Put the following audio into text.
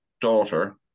daughter